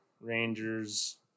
Rangers